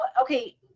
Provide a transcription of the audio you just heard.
okay